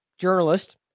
journalist